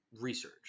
research